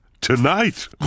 tonight